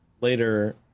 later